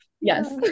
yes